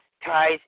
Ties